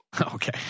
Okay